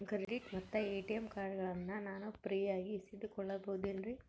Credit ಮತ್ತ ATM ಕಾರ್ಡಗಳನ್ನ ನಾನು ಫ್ರೇಯಾಗಿ ಇಸಿದುಕೊಳ್ಳಬಹುದೇನ್ರಿ?